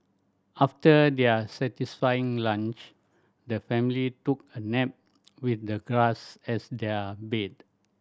after their satisfying lunch the family took a nap with the grass as their bed